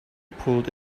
pulled